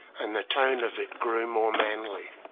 and the tone of it grew more manly.